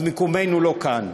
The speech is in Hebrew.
אז מקומנו לא כאן.